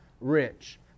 rich